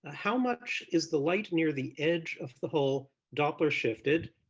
ah how much is the light near the edge of the hole doppler shifted?